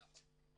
נכון.